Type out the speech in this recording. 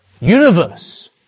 universe